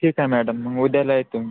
ठीक आहे मॅडम मग उद्याला येतो मी